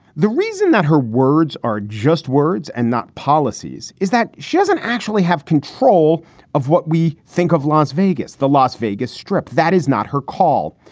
the reason that her words are just words and not policies is that she doesn't actually have control of what we think of las vegas. the las vegas strip. that is not her call.